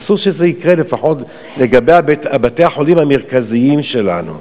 אסור שזה יקרה, לפחות בבתי-החולים המרכזיים שלנו.